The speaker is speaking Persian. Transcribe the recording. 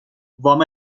وام